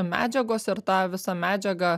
medžiagos ir tą visą medžiagą